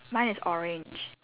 mine is orange